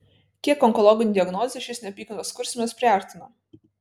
kiek onkologinių diagnozių šis neapykantos kurstymas priartino